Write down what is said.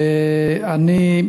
ואני,